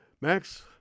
Max